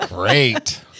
Great